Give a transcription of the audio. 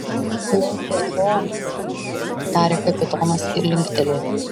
lorde eonai tarė kapitonas ir linktelėjo